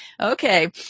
Okay